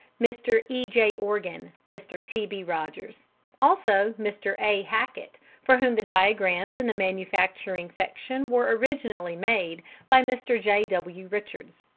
mr. e j. organ, mr. t b. rogers also mr. a. hackett, for whom the diagrams in the manufacturing section were originally made by mr. j w. richards.